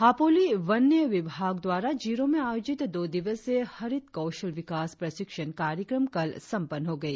हापोली वन्य विभाग द्वारा जीरों में आयोजित दो दिवसीय हरित कौशल विकास प्रशिक्षण कार्यक्रम कल संपन्न हो गई